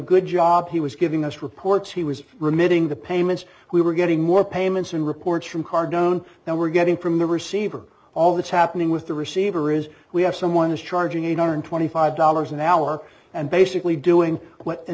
good job he was giving us reports he was remitting the payments we were getting more payments and reports from car down now we're getting from the receiver all that's happening with the receiver is we have someone is charging eight hundred twenty five dollars an hour and basically doing what a